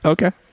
Okay